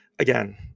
again